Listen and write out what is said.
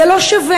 זה לא שווה.